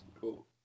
Cool